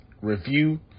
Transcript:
review